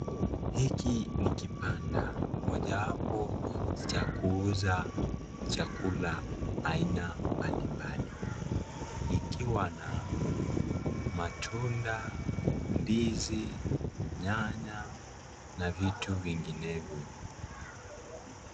Hiki ni kibanda, mojawapo cha kuuza chakula aina mbalimbali. Ikiwa na matunda, ndizi, nyanya na vitu vinginevyo.